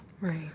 Right